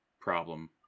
problem